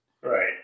Right